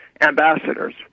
ambassadors